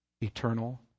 eternal